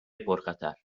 پرخطر